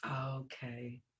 okay